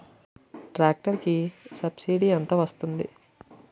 Tractor కి subsidy ఎంత వస్తుంది?